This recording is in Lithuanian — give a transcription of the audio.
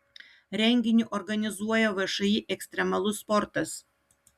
renginį organizuoja všį ekstremalus sportas